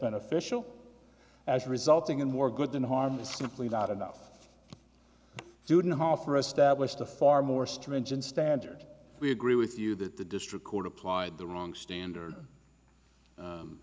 beneficial as resulting in more good than harm is simply not enough student hoffer established a far more stringent standard we agree with you that the district court applied the wrong standard